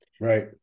Right